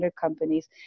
companies